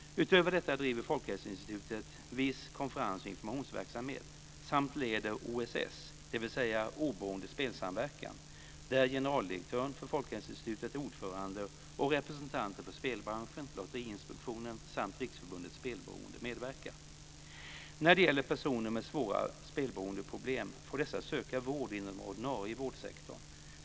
Utöver detta driver Spelsamverkan, där generaldirektören för Folkhälsoinstitutet är ordförande och representanter för spelbranschen, Lotteriinspektionen samt Riksförbundet När det gäller personer med svåra spelberoendeproblem får dessa söka vård inom den ordinarie vårdsektorn.